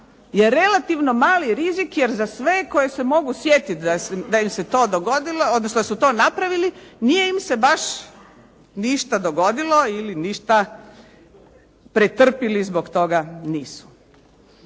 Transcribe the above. je relativno mali rizik jer za sve kojih se mogu sjetit da im se to dogodilo, odnosno da su to napravili, nije im se baš ništa dogodilo ili ništa pretrpjeli zbog toga nisu.